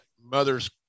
mother's